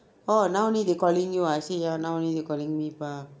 orh now only they calling you ah I say ya now only they calling me pa